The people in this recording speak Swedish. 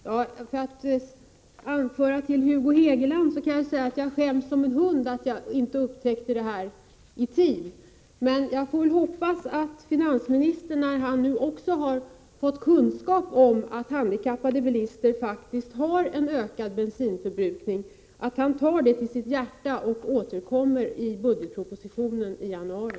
Herr talman! För att anknyta till Hugo Hegelands inlägg här tidigare kan jag säga att jag skäms som en hund att jag inte upptäckte det här problemet i tid. Men jag får hoppas att finansministern, när han nu fått kunskap om att handikappade bilister faktiskt har en ökad bensinförbrukning, tar denna kunskap till sitt hjärta och återkommer i budgetpropositionen i januari.